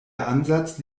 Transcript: ansatz